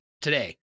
today